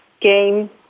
game